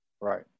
Right